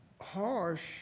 harsh